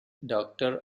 doctor